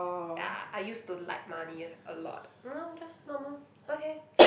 ya I used to like money a a lot now just normal okay